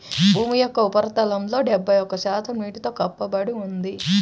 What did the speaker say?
భూమి యొక్క ఉపరితలంలో డెబ్బై ఒక్క శాతం నీటితో కప్పబడి ఉంది